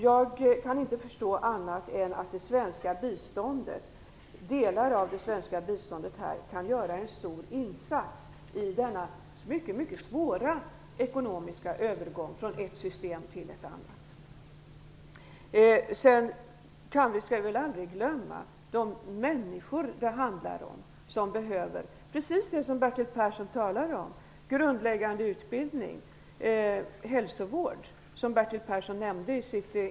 Jag kan inte förstå annat än att delar av det svenska biståndet kan göra en stor insats i denna mycket svåra ekonomiska övergång från ett system till ett annat. Sedan skall vi väl aldrig glömma de människor som det handlar om och som behöver precis det som grundläggande utbildning och hälsovård.